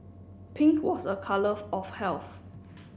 pink was a colour of health